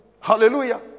Hallelujah